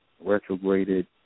retrograded